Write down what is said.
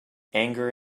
anger